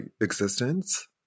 existence